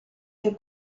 che